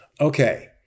Okay